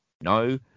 no